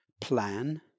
plan